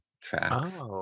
tracks